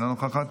אינה נוכחת,